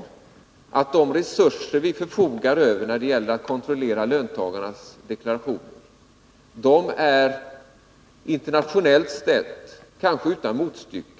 — att de resurser vi förfogar Nr 38 över när det gäller att kontrollera löntagarnas deklarationer internationellt Fredagen den sett kanske är utan motstycke.